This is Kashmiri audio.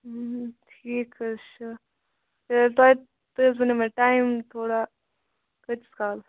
ٹھیٖک حٲز چھُ یہِ تُۄہہ تُہۍ حٲز ؤنیو مےٚ ٹایِم تھوڑا کۭتس کالس